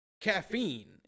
caffeine